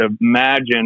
imagine